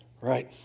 Right